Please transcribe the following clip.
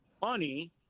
money